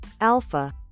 Alpha